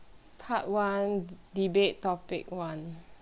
part one debate topic one